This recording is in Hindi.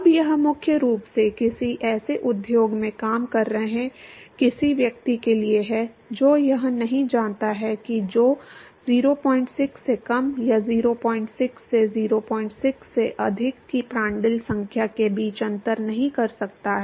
अब यह मुख्य रूप से किसी ऐसे उद्योग में काम कर रहे किसी व्यक्ति के लिए है जो यह नहीं जानता है कि जो 06 से कम या 06 से 06 से अधिक की प्रांटल संख्या के बीच अंतर नहीं कर सकता है